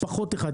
פחות אחד.